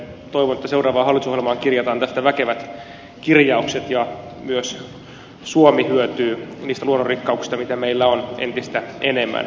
toivon että seuraavaan hallitusohjelmaan kirjataan tästä väkevät kirjaukset ja myös suomi hyötyy niistä luonnonrikkauksista mitä meillä on entistä enemmän